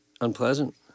unpleasant